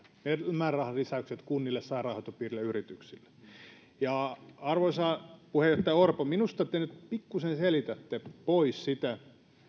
määrärahalisäykset kunnille sairaanhoitopiireille ja yrityksille arvoisa puheenjohtaja orpo minusta te nyt pikkuisen selitätte pois sitä